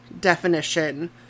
definition